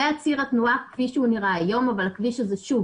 זה ציר התנועה כפי שהוא נראה היום אבל הכביש הזה לא